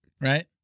Right